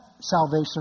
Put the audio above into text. Salvation